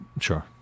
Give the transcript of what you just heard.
Sure